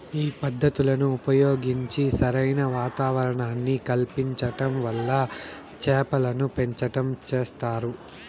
ఈ పద్ధతులను ఉపయోగించి సరైన వాతావరణాన్ని కల్పించటం వల్ల చేపలను పెంచటం చేస్తారు